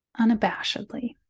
unabashedly